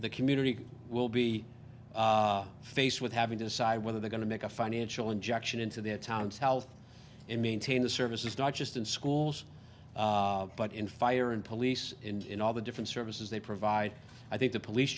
the community will be faced with having to decide whether they're going to make a financial injection into their towns health and maintain the services not just in schools but in fire and police in all the different services they provide i think the police